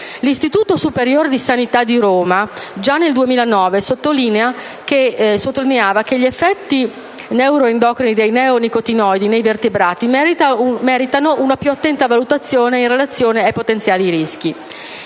L'Istituto superiore di sanità di Roma già nel 2009 sottolineava che gli effetti neuroendocrini dei neonicotinoidi nei vertebrati meritano una più attenta valutazione in relazione ai potenziali rischi.